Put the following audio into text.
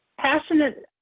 passionate